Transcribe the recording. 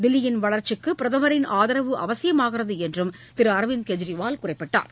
தில்லியின் வளர்ச்சிக்கு பிரதமரின் ஆதரவு அவசியமாகிறது என்றும் திரு அரவிந்த் கெஜ்ரிவால் குறிப்பிட்டார்